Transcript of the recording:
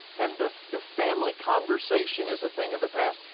and the the family conversation is a thing of the past.